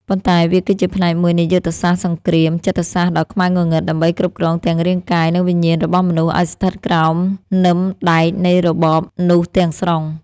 ប៉ុន្តែវាគឺជាផ្នែកមួយនៃយុទ្ធសាស្ត្រសង្គ្រាមចិត្តសាស្ត្រដ៏ខ្មៅងងឹត ដើម្បីគ្រប់គ្រងទាំងរាងកាយ និងវិញ្ញាណរបស់មនុស្សឱ្យស្ថិតក្រោមនឹមដែកនៃរបបនោះទាំងស្រុង